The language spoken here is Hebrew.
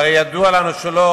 והרי ידוע לנו שלא.